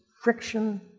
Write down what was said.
friction